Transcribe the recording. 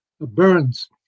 burns